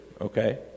okay